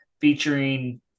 featuring